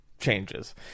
changes